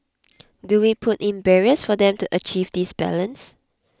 do we put in barriers for them to achieve this balance